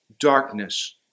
darkness